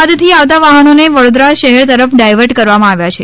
અમદાવાદથી આવતા વાહનનોને વડોદરા શહેર તરફ ડાઇવર્ટ કરવામાં આવ્યા છે